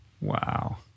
Wow